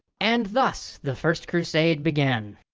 and thus the first crusade began.